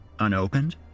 Unopened